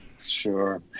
Sure